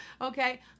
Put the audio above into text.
Okay